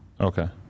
Okay